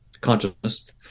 consciousness